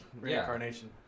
reincarnation